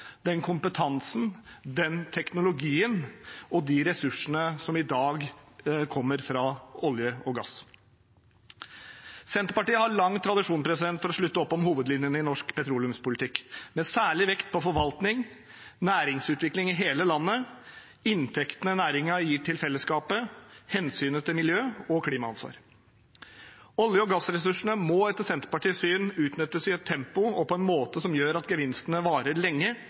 den kompetansen, den teknologien og de ressursene som i dag kommer fra olje og gass. Senterpartiet har lang tradisjon for å slutte opp om hovedlinjene i norsk petroleumspolitikk, med særlig vekt på forvaltning, næringsutvikling i hele landet, inntektene næringen gir til fellesskapet, og hensynet til miljø- og klimaansvar. Olje- og gassressursene må, etter Senterpartiets syn, utnyttes i et tempo og på en måte som gjør at gevinstene varer lenge,